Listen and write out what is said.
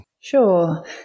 Sure